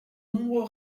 nombreux